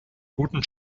guten